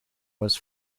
was